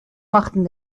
machten